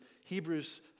Hebrews